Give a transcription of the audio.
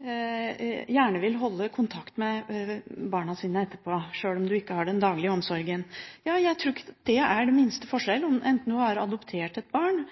gjerne vil holde kontakt med barna sine etterpå, sjøl om de ikke har den daglige omsorgen. Jeg tror ikke det er den minste forskjell, enten du har adoptert et barn,